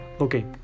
Okay